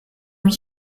huit